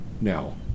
now